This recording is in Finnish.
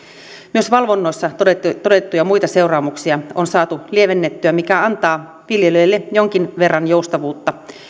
myös valvonnoissa todettuja todettuja muita seuraamuksia on saatu lievennettyä mikä antaa viljelijöille jonkin verran joustavuutta